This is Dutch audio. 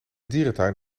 dierentuin